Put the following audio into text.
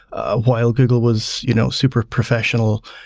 ah while google was you know super professional.